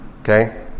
Okay